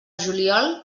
juliol